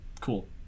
Cool